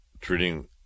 Treating